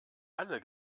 alle